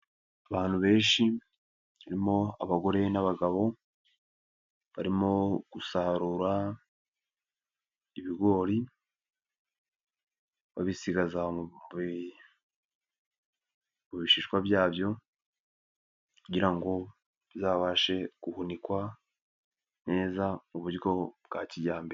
Abantu benshi, harimo abagore n'abagabo, barimo gusarura, ibigori, babisigaza kubi, ku bishishwa byabyo, kugira ngo, bizabashe guhunikwa, neza mu buryo bwa kijyambere.